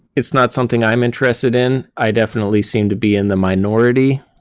it's not something i'm interested in. i definitely seem to be in the minority.